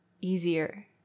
easier